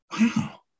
wow